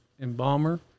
embalmer